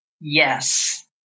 Yes